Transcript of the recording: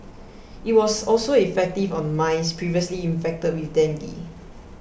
it was also effective on mice previously infected with dengue